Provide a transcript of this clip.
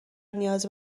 نیازی